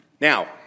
Now